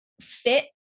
fit